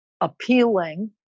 appealing